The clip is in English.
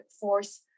force